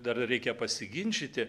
dar reikia pasiginčyti